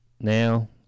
now